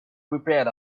prepared